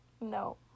No